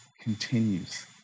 continues